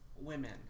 women